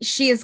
she is